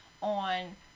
on